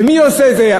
ומי עושה את זה?